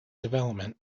development